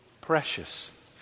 precious